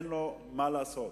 אין לו מה לעשות.